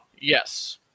Yes